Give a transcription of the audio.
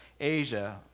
Asia